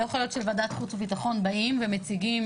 לא יכול להיות שלוועדת חוץ וביטחון באים ומציגים